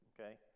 okay